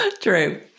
True